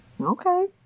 Okay